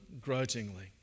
grudgingly